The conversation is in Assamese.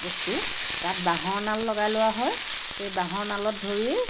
বস্তু তাত বাঁহৰ নাল লগাই লোৱা হয় সেই বাঁহৰ নালত ধৰি